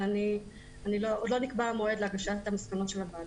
אבל עוד לא נקבע המועד להגשת המסקנות של הוועדה.